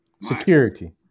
Security